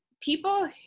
people